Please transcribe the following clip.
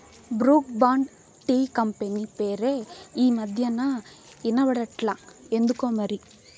Brooke Bond tea company పేరే ఈ మధ్యనా ఇన బడట్లా ఎందుకోమరి